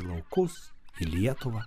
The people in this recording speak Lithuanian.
į laikus į lietuvą